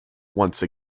once